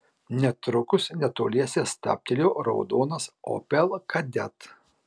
netrukus netoliese stabtelėjo raudonas opel kadett